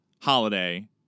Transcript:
Holiday